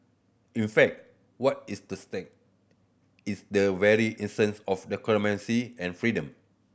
in fact what is the stake is the very essence of democracy and freedom